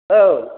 औ